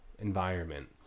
environment